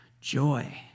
Joy